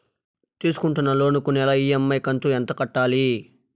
తీసుకుంటున్న లోను కు నెల ఇ.ఎం.ఐ కంతు ఎంత కట్టాలి?